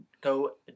go